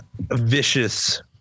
vicious